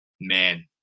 Man